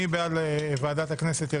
מי בעד העברה לוועדת הכנסת?